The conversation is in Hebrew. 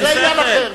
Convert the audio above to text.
זה עניין אחר.